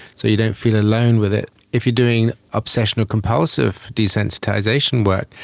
so you don't feel alone with it. if you're doing obsessional compulsive desensitisation work,